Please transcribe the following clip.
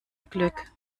glück